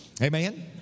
Amen